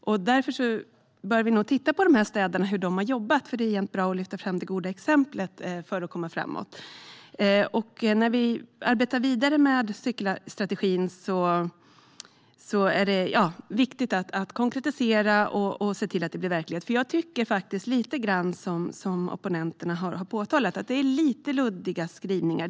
Därför bör vi nog titta på hur dessa städer har jobbat - det är ju bra att lyfta fram det goda exemplet för att komma framåt. När vi arbetar vidare med cykelstrategin är det viktigt att konkretisera och se till att det blir verklighet. Jag tycker, vilket opponenterna har påpekat, att skrivningarna är lite luddiga.